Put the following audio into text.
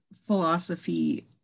philosophy